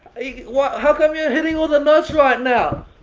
why how come you're hitting all the notes right now!